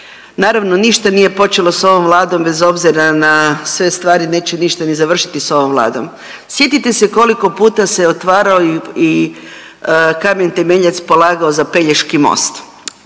Naravno ništa nije počelo sa ovom Vladom bez obzira na sve stvari, neće ništa ni završiti sa ovom Vladom. Sjetite se koliko puta se otvarao i kamen temeljac polagao za Pelješki most.